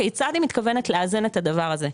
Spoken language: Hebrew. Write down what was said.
כיצד היא מתכוונת לאזן את הדבר הזה.